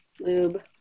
lube